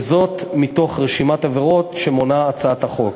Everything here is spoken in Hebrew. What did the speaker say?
וזאת מתוך רשימת עבירות שמונה הצעת החוק.